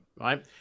right